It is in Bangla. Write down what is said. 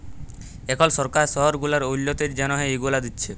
এখল সরকার শহর গুলার উল্ল্যতির জ্যনহে ইগুলা দিছে